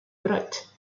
bright